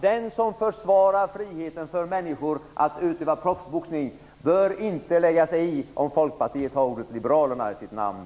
Den som försvarar friheten för människor att utöva proffsboxning bör inte lägga sig i om Folkpartiet har ordet liberalerna i sitt namn.